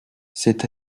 c’est